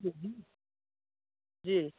जी जी जी